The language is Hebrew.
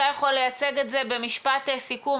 אתה יכול לייצג את זה במשפט סיכום,